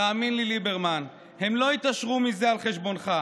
תאמין לי, ליברמן, הן לא יתעשרו מזה על חשבונך,